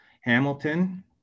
Hamilton